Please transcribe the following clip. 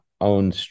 own